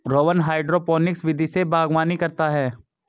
Rohan hydroponics विधि से बागवानी करता है